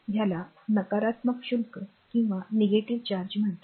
हे नकारात्मक शुल्क मी नंतर थोड्या वेळाने घेईन